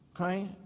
Okay